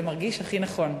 זה מרגיש הכי נכון,